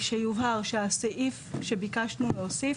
שיובהר שהסעיף שביקשנו להוסיף,